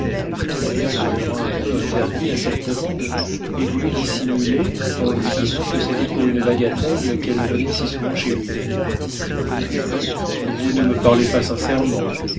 demeura un peu interdit à cette demande et voulut dissimuler en lui disant que c'était pour une bagatelle qu'elle venait si souvent chez lui a vous ne me parlez pas sincèrement